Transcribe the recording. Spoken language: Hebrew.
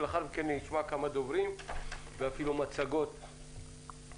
לאחר מכן נשמע כמה דוברים ואפילו מצגות בנושא.